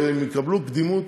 יקבלו להן קדימות